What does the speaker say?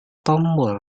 tombol